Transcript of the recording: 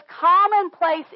commonplace